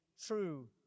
true